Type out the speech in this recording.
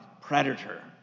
predator